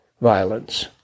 violence